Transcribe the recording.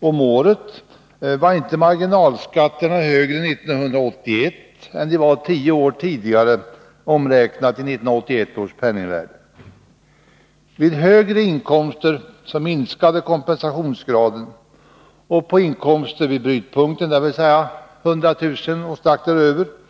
om året var marginalskatterna 1981 inte högre än de var tio år tidigare, omräknat till 1981 års penningvärde. Vid högre inkomster minskade kompensationsgraden, och på inkomster år 1981 vid brytpunkten, dvs. 100 000 kr.